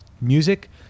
music